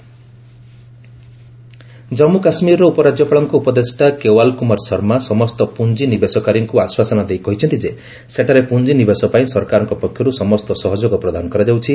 JK investment Jammu କାଶ୍ୱୀରର ଉପରାଜ୍ୟପାଳଙ୍କ ଉପଦେଷ୍ଟା କେୱାଲ୍ କୁମାର ଶର୍ମା ସମସ୍ତ ପୁଞ୍ଜିନିବେଶକାରୀଙ୍କୁ ଆଶ୍ୱାସନା ଦେଇ କହିଛନ୍ତି ଯେ ସେଠାରେ ପୁଞ୍ଜିନିବେଶ ପାଇଁ ସରକାରଙ୍କ ପକ୍ଷରୁ ସମସ୍ତ ସହଯୋଗ ପ୍ରଦାନ କରାଯାଉଛି